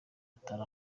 atari